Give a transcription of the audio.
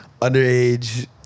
underage